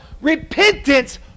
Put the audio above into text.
repentance